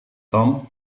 tom